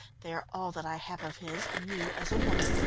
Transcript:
they are all that i have of his, and you, as a woman,